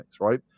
right